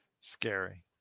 scary